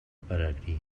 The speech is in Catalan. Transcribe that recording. pelegrí